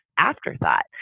afterthought